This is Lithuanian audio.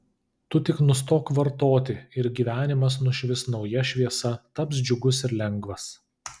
tu tik nustok vartoti ir gyvenimas nušvis nauja šviesa taps džiugus ir lengvas